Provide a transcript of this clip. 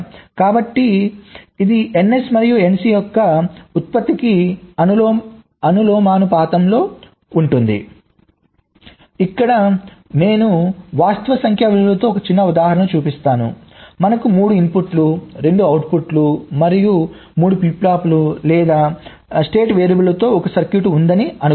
కాబట్టి ఇది ns మరియు nc యొక్క ఉత్పత్తికి అనులోమానుపాతంలో ఉంటుంది ఇక్కడ నేను వాస్తవ సంఖ్యా విలువలతో ఒక చిన్న ఉదాహరణను చూపిస్తున్నాను మనకు 3 ఇన్పుట్లు 2 అవుట్పుట్లు మరియు 3 ఫ్లిప్ ఫ్లాప్లు లేదా స్టేట్ వేరియబుల్స్తో ఒక సర్క్యూట్ ఉందని అనుకుందాం